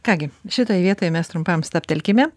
ką gi šitoj vietoj mes trumpam stabtelkime